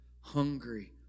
hungry